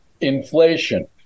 inflation